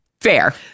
Fair